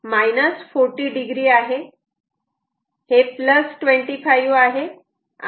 आता हे 40 डिग्री आहे हे 25 आहे आणि हे 125 आहे